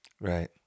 Right